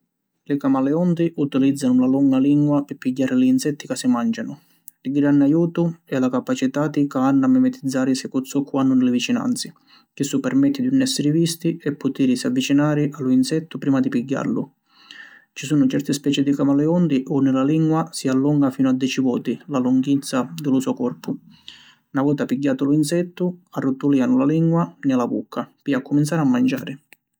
Li camaleonti utilizzanu la longa lingua pi pigghiari li insetti ca si mancianu. Di granni ajutu è la capacitati ca hannu a mimetizzarisi cu zoccu hannu ni li vicinanzi, chissu permetti di ‘un essiri visti e putirisi avvicinari a lu insettu prima di pigghiallu. Ci sunnu certi speci di camaleonti unni la lingua si allonga finu a deci vôti la lunghizza di lu so corpu. Na vota pigghiatu lu insettu, arrutulianu la lingua ni la vucca pi accuminzari a manciari.